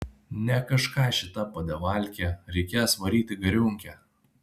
ne kažką šita padevalkė reikės varyt į gariūnkę